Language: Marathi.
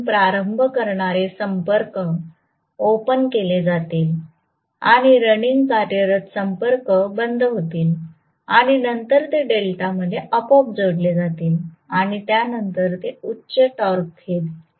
म्हणून प्रारंभ करणारे संपर्क ओपन केले जातील आणि रनिंग कार्यरत संपर्क बंद होतील आणि नंतर ते डेल्टामध्ये आपोआप जोडले जातील आणि त्यानंतर ते उच्च टॉर्क घेईल